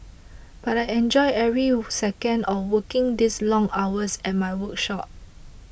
but I enjoy every second of working these long hours at my workshop